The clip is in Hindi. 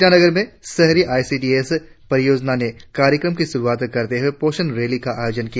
ईटानगर में शहरी आई सी डी एस परियोजना ने कार्यक्रम की शुरुआत के तहत पोषण रैली का आयोजन किया